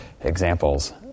examples